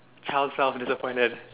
child self disappointed